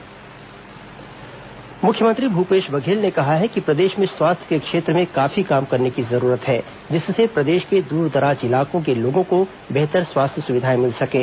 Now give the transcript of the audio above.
मुख्यमंत्री न्यूरोसर्जन सम्मेलन मुख्यमंत्री भूपेश बघेल ने कहा है कि प्रदेश में स्वास्थ्य के क्षेत्र में काफी काम करने की जरूरत है जिससे प्रदेश के दूर दराज इलाकों के लोगों को बेतहर स्वास्थ्य सुविधाएं मिल सकें